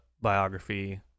biography